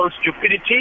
stupidity